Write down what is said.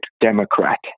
Democrat